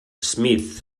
smith